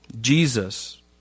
Jesus